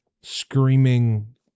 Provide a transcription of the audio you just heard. screaming